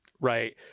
right